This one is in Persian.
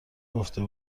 گفته